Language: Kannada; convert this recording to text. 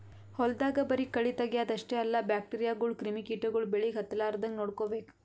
ಹೊಲ್ದಾಗ ಬರಿ ಕಳಿ ತಗ್ಯಾದ್ ಅಷ್ಟೇ ಅಲ್ಲ ಬ್ಯಾಕ್ಟೀರಿಯಾಗೋಳು ಕ್ರಿಮಿ ಕಿಟಗೊಳು ಬೆಳಿಗ್ ಹತ್ತಲಾರದಂಗ್ ನೋಡ್ಕೋಬೇಕ್